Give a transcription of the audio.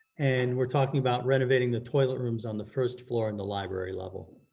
and we're talking about renovating the toilet rooms on the first floor in the library level.